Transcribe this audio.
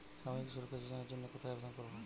সামাজিক সুরক্ষা যোজনার জন্য কোথায় আবেদন করব?